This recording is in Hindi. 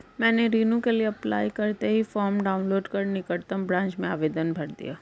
मैंने ऋण के अप्लाई करते ही फार्म डाऊनलोड कर निकटम ब्रांच में आवेदन भर दिया